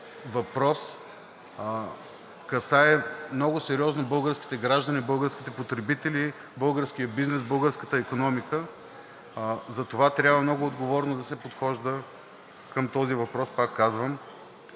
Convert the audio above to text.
въпрос касае много сериозно българските граждани, българските потребители, българския бизнес, българската икономика. Затова трябва много отговорно да се подхожда към този въпрос, пак казвам.